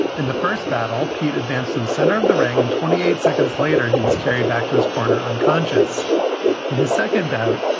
in the first battle, pete advanced to the center of the ring, and twenty eight seconds later he was carried back to his corner, unconscious in his second bout.